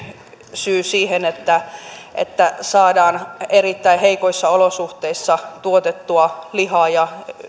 syy siihen että että saadaan erittäin heikoissa olosuhteissa tuotettua lihaa ja